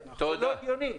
צריך להיות הגיוניים.